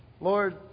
Lord